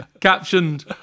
Captioned